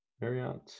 Marriott